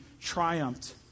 triumphed